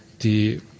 die